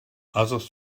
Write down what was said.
others